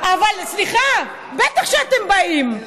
אבל סליחה, בטח שאתם באים.